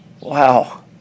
Wow